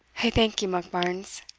i thank ye, monkbarns,